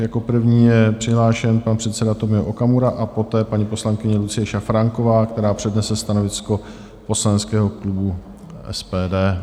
Jako první je přihlášen pan předseda Tomio Okamura a poté paní poslankyně Lucie Šafránková, která přednese stanovisko poslaneckého klubu SPD.